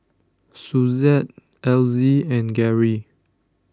Suzette Elzy and Gary